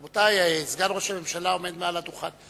רבותי, סגן ראש הממשלה עומד על הדוכן.